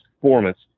performance